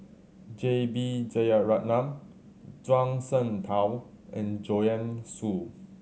J B Jeyaretnam Zhuang Shengtao and Joanne Soo